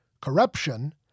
corruption